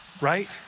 right